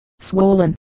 swollen